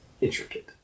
intricate